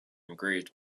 engraved